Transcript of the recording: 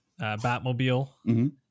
Batmobile